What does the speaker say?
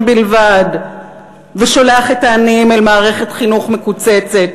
בלבד ושולח את העניים אל מערכת חינוך מקוצצת.